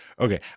Okay